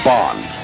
Bond